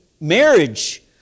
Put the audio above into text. marriage